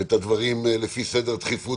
את הדברים לפי סדר דחיפות